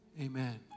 amen